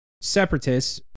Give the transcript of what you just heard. separatists